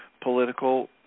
political